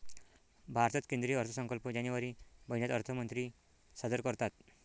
भारतात केंद्रीय अर्थसंकल्प जानेवारी महिन्यात अर्थमंत्री सादर करतात